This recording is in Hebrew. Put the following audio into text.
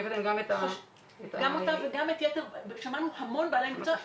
שמענו המון בעלי מקצוע,